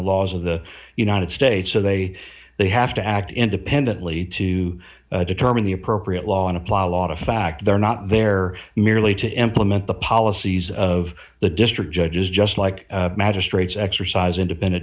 laws of the united states so they they have to act independently to determine the appropriate law and apply a lot of fact they're not there merely to implement the policies of the district judges just like magistrates exercise independent